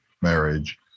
marriage